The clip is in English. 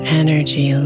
energy